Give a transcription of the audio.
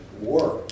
work